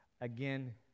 again